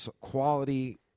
quality